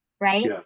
right